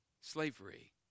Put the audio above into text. slavery